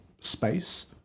space